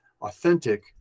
authentic